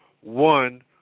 one